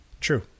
true